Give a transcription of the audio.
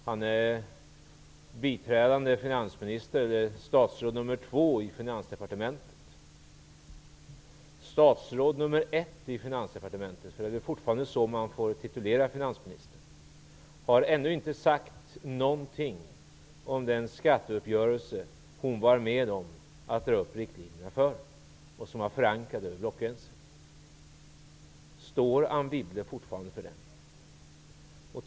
Han är biträdande finansminister eller statsråd nr 2 i Finansdepartementet -- det är väl fortfarande så man får titulera finansministern -- har ännu inte sagt någonting om den skatteuppgörelse hon var med om att dra upp riktlinjerna för och som var förankrad över blockgränserna. Står Anne Wibble fortfarande för den uppgörelsen?